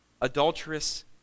adulterous